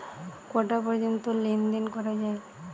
কটা পর্যন্ত লেন দেন করা য়ায়?